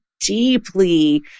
deeply